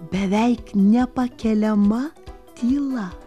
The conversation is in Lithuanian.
beveik nepakeliama tyla